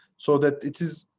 so that it is,